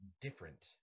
different